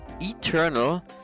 eternal